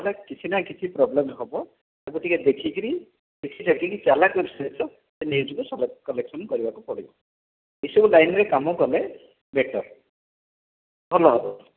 ତା'ହେଲେ କିଛି ନା କିଛି ପ୍ରୋବଲେମ୍ ହେବ ତାକୁ ଟିକେ ଦେଖିକରି ଚାଲାକ ସହିତ ସେ ନ୍ୟୁଜ୍କୁ କଲେକ୍ସନ କରିବାକୁ ପଡ଼ିବ ଏସବୁ ଲାଇନ୍ରେ କାମ କଲେ ବେଟର୍ ଭଲ ହେବ